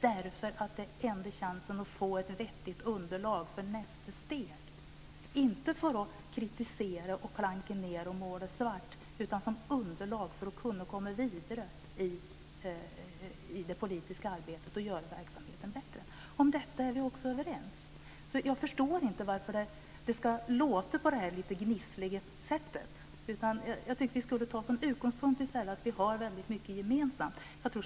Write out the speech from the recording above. Det är den enda chansen att få ett vettigt underlag för nästa steg, inte för att kritisera, klanka ned på och måla svart, utan som underlag för att kunna komma vidare i det politiska arbetet och göra verksamheten bättre. Också om detta är vi överens. Jag förstår inte varför det ska låta på det här lite gnissliga sättet. Jag tycker att vi i stället skulle ta som utgångspunkt att vi har väldigt mycket gemensamt.